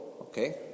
Okay